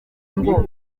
ngo